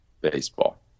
baseball